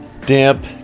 damp